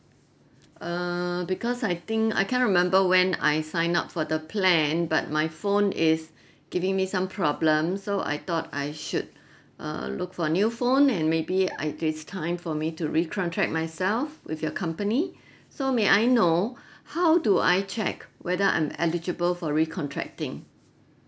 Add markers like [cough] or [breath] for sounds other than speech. err because I think I can't remember when I sign up for the plan but my phone is [breath] giving me some problem so I thought I should [breath] err look for new phone and maybe I it's time for me to recontract myself with your company so may I know how do I check whether I'm eligible for recontracting